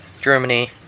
Germany